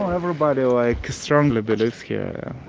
um everybody, like, strongly believes here